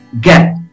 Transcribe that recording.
get